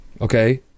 okay